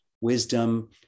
wisdom